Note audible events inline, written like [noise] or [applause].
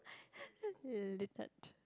[laughs] litted